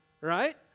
right